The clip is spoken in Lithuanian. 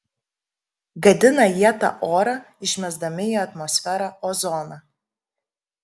gadina jie tą orą išmesdami į atmosferą ozoną